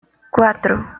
cuatro